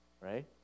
right